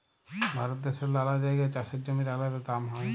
ভারত দ্যাশের লালা জাগায় চাষের জমির আলাদা দাম হ্যয়